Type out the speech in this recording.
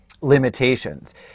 limitations